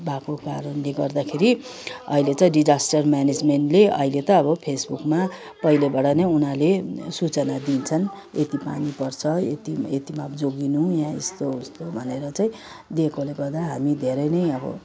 भएको कारणले गर्दाखेरि अहिले चाहिँ डिजास्टर म्यानेजमेन्टले अहिले त अब फेसबुकमा पहिलेबाट नै उनीहरूले सूचना दिन्छन् यति पानी पर्छ यतिमा जोगिनु यहाँ यस्तो उस्तो भनेर चाहिँ दिएकोले गर्दा हामी धेरै नै अब